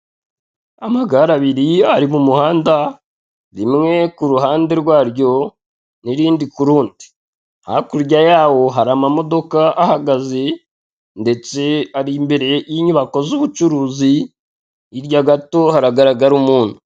Amagare abiri ari mu muhanda rimwe ku ruhande rwaryo n'irindi ku rundi. Hakurya yabo hari amamodoka ahagaze ndetse ari imbere y'inyubako z'ubucuruzi hirya gato haragaragara umuntu.